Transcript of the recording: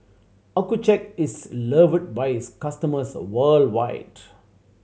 Accucheck is loved by its customers worldwide